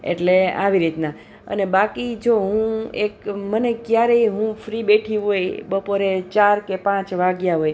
એટલે આવી રીતના અને બાકી જો હું એક મને ક્યારેય હું ફ્રી બેઠી હોય બપોરે ચાર કે પાંચ વાગ્યા હોય